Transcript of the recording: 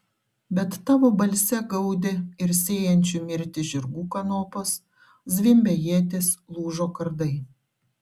bet tavo balse gaudė ir sėjančių mirtį žirgų kanopos zvimbė ietys lūžo kardai